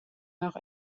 nach